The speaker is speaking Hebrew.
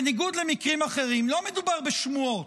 בניגוד למקרים אחרים, לא מדובר בשמועות,